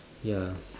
ya